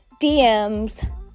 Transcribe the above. DMs